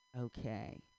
Okay